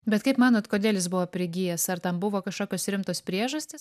bet kaip manot kodėl jis buvo prigijęs ar tam buvo kažkokios rimtos priežastys